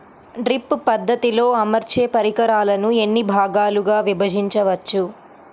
Drip పద్ధతిలో అమర్చే పరికరాలను ఎన్ని భాగాలుగా విభజించవచ్చు?